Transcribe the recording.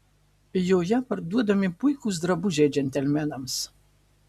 joje parduodami puikūs drabužiai džentelmenams